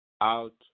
out